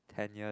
ten years